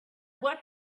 what